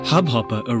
Hubhopper